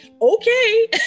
okay